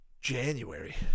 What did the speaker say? January